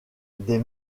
des